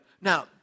Now